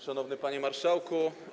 Szanowny Panie Marszałku!